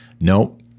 Nope